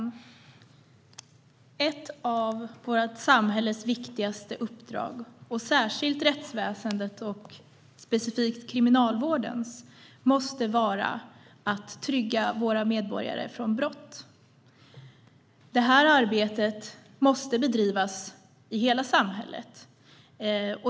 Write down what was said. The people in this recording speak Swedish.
Herr talman! Ett av vårt samhälles viktigaste uppdrag, särskilt rättsväsendets och specifikt Kriminalvårdens, måste vara att skydda våra medborgare från brott. Det här arbetet måste bedrivas i hela samhället.